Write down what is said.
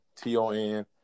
T-O-N